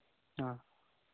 हाँ